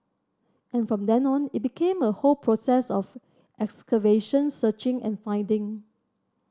and from then on it became a whole process of excavation searching and finding